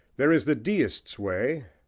there is the deist's way,